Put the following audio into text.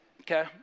okay